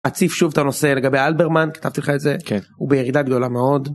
אציף שוב את הנושא לגבי אלברמן כתבתי לך את זה. - כן. - הוא בירידה גדולה מאוד.